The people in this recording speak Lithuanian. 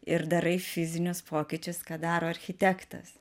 ir darai fizinius pokyčius ką daro architektas